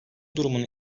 durumun